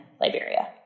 Liberia